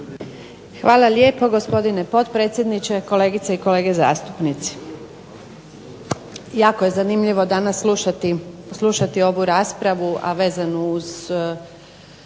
Hvala lijepo gospodine potpredsjedniče, kolegice i kolege zastupnici. Jako je zanimljivo danas slušati ovu raspravu, a vezanu uz